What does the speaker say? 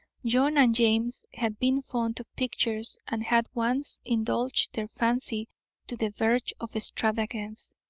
john and james had been fond of pictures and had once indulged their fancy to the verge of extravagance,